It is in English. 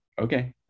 Okay